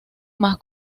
más